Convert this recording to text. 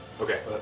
Okay